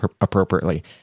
appropriately